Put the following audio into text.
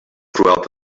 throughout